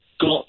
got